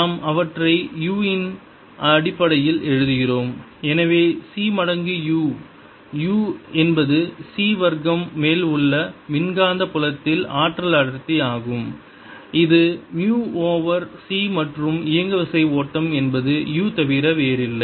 நாம் அவற்றை u இன் அடிப்படையில் எழுதுகிறோம் எனவே c மடங்கு u u என்பது c வர்க்கம் மேல் உள்ள மின்காந்த புலத்தில் ஆற்றல் அடர்த்தி ஆகும் இது மு ஓவர் c மற்றும் இயங்குவிசை ஓட்டம் என்பது u தவிர வேறில்லை